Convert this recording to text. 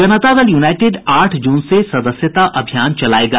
जनता Dal United आठ जून से सदस्यता अभियान चलाएगा